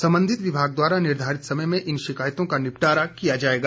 सम्बंधित विभाग द्वारा निर्धारित समय में इन शिकायत का निपटारा किया जाएगा